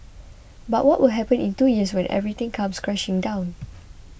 but what will happen in two years when everything comes crashing down